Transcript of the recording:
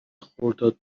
خرداد